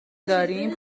داریم